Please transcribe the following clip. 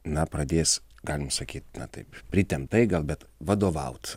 na pradės galim sakyt na taip pritemptai gal bet vadovaut